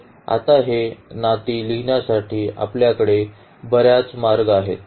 तर आता हे नाती लिहिण्यासाठी आपल्याकडे बर्याच मार्ग आहेत